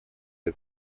для